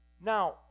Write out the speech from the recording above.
Now